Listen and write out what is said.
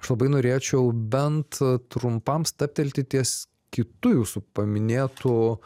aš labai norėčiau bent trumpam stabtelti ties kitu jūsų paminėtu